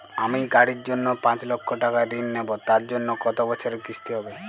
আমি গাড়ির জন্য পাঁচ লক্ষ টাকা ঋণ নেবো তার জন্য কতো বছরের কিস্তি হবে?